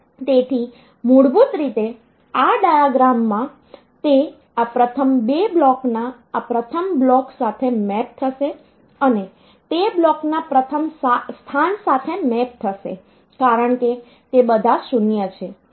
તેથી મૂળભૂત રીતે આ ડાયાગ્રામમાં તે આ પ્રથમ બે બ્લોકના આ પ્રથમ બ્લોક સાથે મેપ થશે અને તે બ્લોકના પ્રથમ સ્થાન સાથે મેપ થશે કારણ કે તે બધા 0 છે